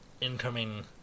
incoming